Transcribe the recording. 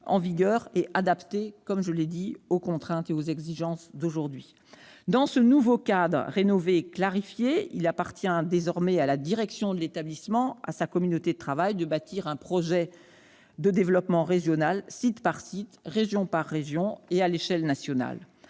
en vigueur et soit adapté aux exigences d'aujourd'hui. Dans ce cadre ainsi rénové et clarifié, il appartient désormais à la direction de l'établissement et à sa communauté de travail de bâtir un projet de développement régional, site par site, région par région, et à l'échelle nationale.